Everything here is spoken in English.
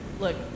Look